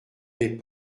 n’est